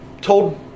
told